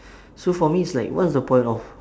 so for me it's like what's the point of